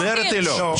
מסודרת היא לא.